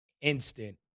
instant